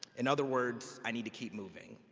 in other words, i need to keep moving.